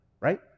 right